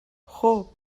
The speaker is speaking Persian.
خوب